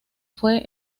fue